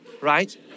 right